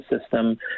system